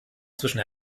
zwischen